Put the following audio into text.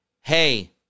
hey